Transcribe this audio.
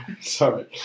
Sorry